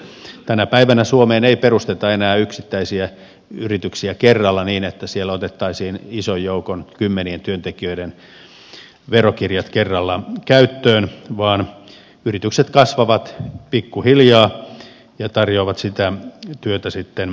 tänä päivänä suomeen ei perusteta enää yksittäisiä yrityksiä kerralla niin että siellä otettaisiin ison joukon kymmenien työntekijöiden verokirjat kerralla käyttöön vaan yritykset kasvavat pikkuhiljaa ja tarjoavat sitä työtä sitten kasvunsa mukaan